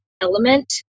element